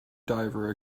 diver